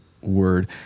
word